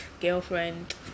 girlfriend